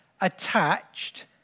attached